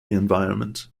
environment